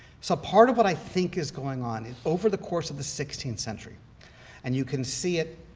so part of what i think is going on is over the course of the sixteenth century and you can see it